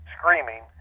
screaming